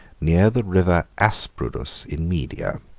near the river asprudus in media.